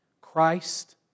Christ